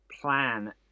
plan